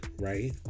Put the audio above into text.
right